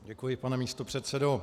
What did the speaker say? Děkuji, pane místopředsedo.